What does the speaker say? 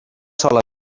sola